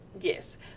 Yes